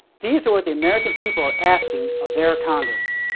these are what the american people are asking of their congress,